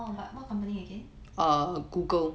orh but what company again